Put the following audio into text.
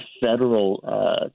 federal